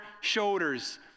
shoulders